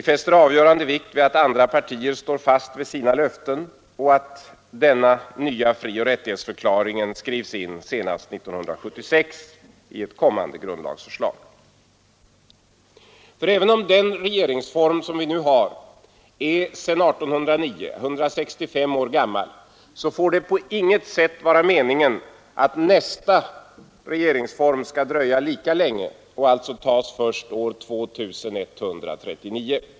Vi fäster avgörande vikt vid att andra partier står fast vid sina löften och att denna nya frioch rättighetsförklaring skrivs in senast 1976 i ett kommande grundlagsförslag. För även om den regeringsform vi nu har är sedan 1809, 165 år gammal, får det på inget sätt vara meningen att nästa regeringsform skall dröja lika länge och alltså tas först år 2139.